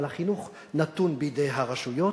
אבל החינוך נתון בידי הרשויות.